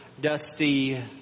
dusty